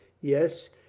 yes,